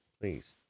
please